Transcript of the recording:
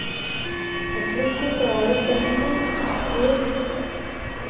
फसलों को प्रभावित करने के लिए